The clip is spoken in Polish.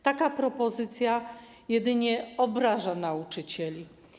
Taka propozycja jedynie obraża nauczycieli.